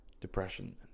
Depression